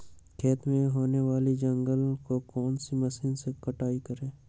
खेत में होने वाले जंगल को कौन से मशीन से कटाई करें?